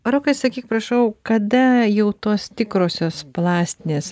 o rokai sakyk prašau kada jau tos tikrosios plastinės arba kaip reikia